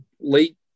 late